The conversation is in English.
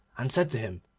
and said to him,